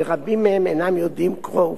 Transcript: ורבים מהם אינם יודעים קרוא וכתוב.